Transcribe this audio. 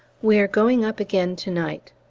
we are going up again to-night.